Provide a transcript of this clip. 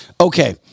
Okay